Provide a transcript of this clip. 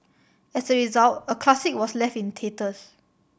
as a result a classic was left in tatters